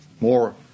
more